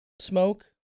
Smoke